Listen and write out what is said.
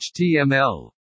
html